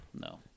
No